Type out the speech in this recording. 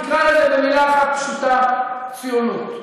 נקרא לזה במילה אחת פשוטה: ציונות.